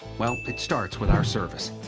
well, it starts with our service.